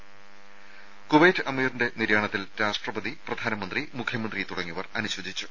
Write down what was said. ത കുവൈറ്റ് അമീറിന്റെ നിര്യാണത്തിൽ രാഷ്ട്രപതി പ്രധാനമന്ത്രി മുഖ്യമന്ത്രി തുടങ്ങിയവർ അനുശോചിച്ചു